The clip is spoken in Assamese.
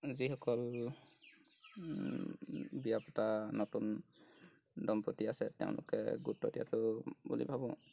যিসকল বিয়া পতা নতুন দম্পত্তি আছে তেওঁলোকে গুৰুত্ব দিয়াটো বুলি ভাবোঁ